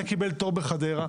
זה קיבל תור בחדרה.